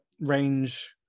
range